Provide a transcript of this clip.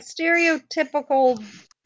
stereotypical